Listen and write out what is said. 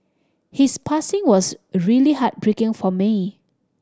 his passing was really heartbreaking for me